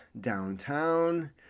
downtown